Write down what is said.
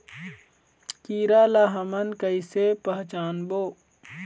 कीरा ला हमन कइसे पहचानबो?